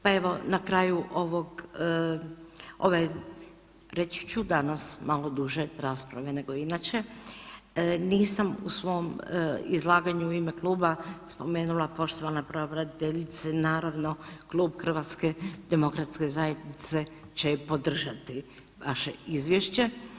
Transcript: Pa evo na kraju ovog, ove reći ću danas malo duže rasprave nego inače, nisam u svom izlaganju u ime kluba spomenula poštovana pravobraniteljice naravno Klub HDZ-a će podržati vaše izvješće.